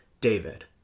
David